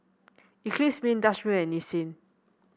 Eclipse Mints Dutch Mill and Nissin